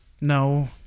No